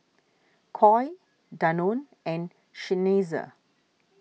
Koi Danone and Seinheiser